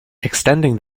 extending